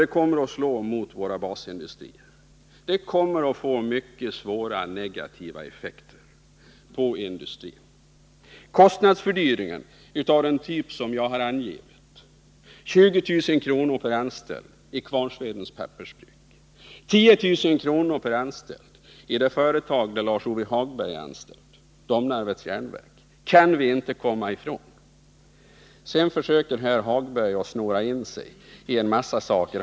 Det kommer att slå mot våra basindustrier. Det kommer att få mycket svåra, negativa effekter på industrin. Kostnadsfördyringen av den typ som jag har angivit — 20 000 kr. per anställd i Kvarnsvedens Pappersbruk, 10 900 kr. per anställd i det företag där Lars-Ove Hagberg är anställd, Domnarvets Jernverk — kan vi inte komma ifrån. Sedan försöker herr Hagberg snåra in sig i en massa saker.